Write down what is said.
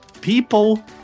people